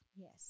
Yes